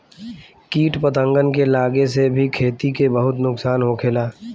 किट पतंगन के लागे से भी खेती के बहुत नुक्सान होखेला